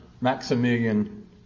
Maximilian